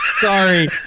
Sorry